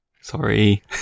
Sorry